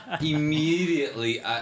immediately